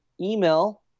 email